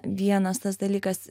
vienas tas dalykas